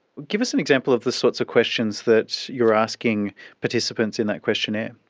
give us an example of the sorts of questions that you are asking participants in that questionnaire.